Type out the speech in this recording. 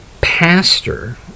pastor